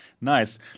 Nice